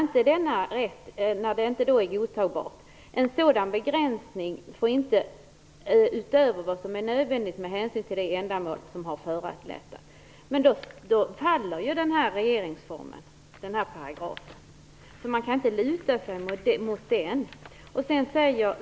När detta inte är godtagbart får en sådan begränsning inte godtas, utöver vad som är nödvändigt med hänsyn till det ändamål som har föranlett begränsningen, och då faller ju innebörden i paragrafen. Då kan man inte luta sig mot den.